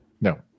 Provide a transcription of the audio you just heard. No